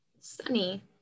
Sunny